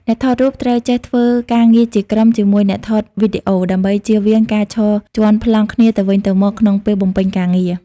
អ្នកថតរូបត្រូវចេះធ្វើការងារជាក្រុមជាមួយអ្នកថតវីដេអូ ដើម្បីចៀសវាងការឈរជាន់ប្លង់គ្នាទៅវិញទៅមកក្នុងពេលបំពេញការងារ។